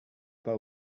pas